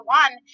one